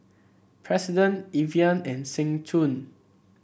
President Evian and Seng Choon